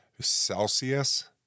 Celsius